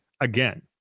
again